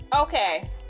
Okay